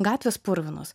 gatvės purvinos